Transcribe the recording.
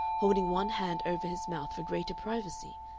holding one hand over his mouth for greater privacy,